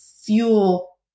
fuel